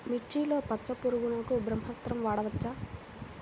మిర్చిలో పచ్చ పురుగునకు బ్రహ్మాస్త్రం వాడవచ్చా?